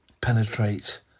penetrate